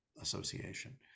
association